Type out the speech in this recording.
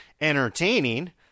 entertaining